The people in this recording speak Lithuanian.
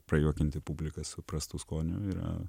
prajuokinti publiką su prastu skonio yra